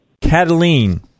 Cataline